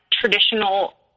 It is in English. traditional